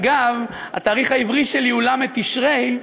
אגב, התאריך העברי שלי הוא ל' בתשרי,